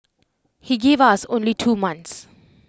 he gave us only two months